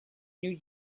new